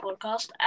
podcast